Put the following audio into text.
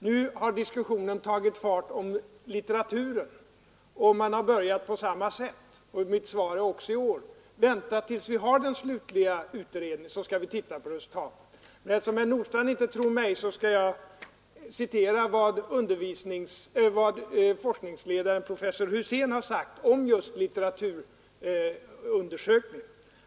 Nu har diskussionen tagit fart om litteraturkunskaperna, och man har börjat på samma sätt. Mitt svar är också i år: Vänta tills vi har fått den slutliga utredningen, så skall vi då titta på resultatet. Eftersom herr Nordstrandh inte tror mig skall jag citera vad forskningsledaren, professor Husén sagt om just litteraturundersökningen.